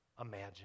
imagine